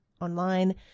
online